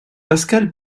pascal